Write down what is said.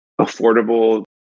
affordable